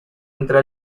entra